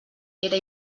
era